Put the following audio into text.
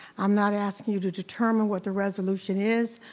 i'm not asking you to determine what the resolution is,